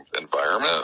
environment